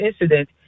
incident